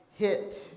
hit